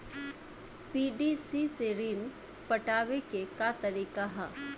PDC से ऋण पटावे के का तरीका ह?